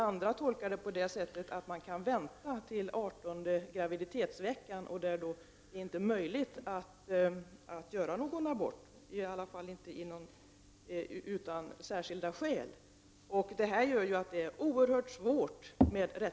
Andra tolkar den så att man kan vänta till den 18:e graviditetsveckan, då det inte är möjligt att göra abort, i varje fall inte utan särskilda skäl. Detta gör att rättsläget är oerhört oklart.